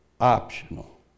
optional